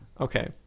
Okay